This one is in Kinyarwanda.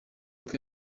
twe